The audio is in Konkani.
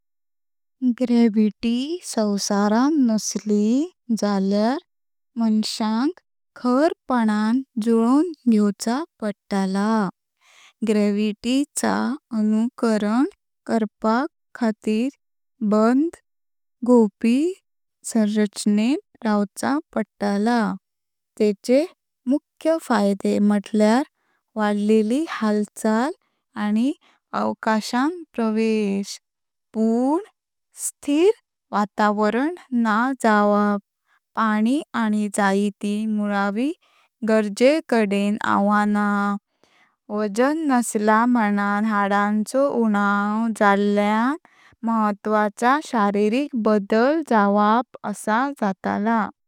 ग्रॅविटी संसारान नसली झाल्यार माणसांक खर्पणान जुळवून घेवचं पडतला। ग्रॅविटी चा अनुकरण करपाक खाती रबंध, घूवपी संरचेनत रावचं पडतला। तेंचे मुख्य फायदे म्हुटल्यार वाढलेली हालचाल आनी अवकाशां प्रवेश, पण स्थिर वातावरण ना जावप, पाणी आनी जाय तें मुलावी गरजे कडेन आव्हान, वजन नसला म्हूणं हाडांचो ऊणाव झाल्यान महत्वाचो शारीरिक बदल जावप आसा जातला।